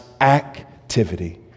activity